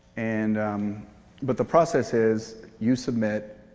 and but the process is, you submit,